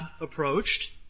approached